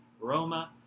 Roma